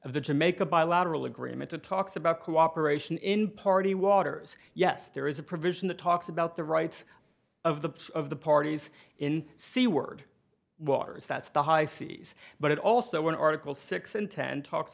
of the jamaica bilateral agreement to talks about cooperation in party waters yes there is a provision that talks about the rights of the of the parties in seaward waters that's the high seas but it also when article six in ten talks